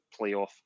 playoff